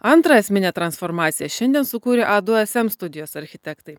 antrą esminę transformaciją šiandien sukūrė a du sm studijos architektai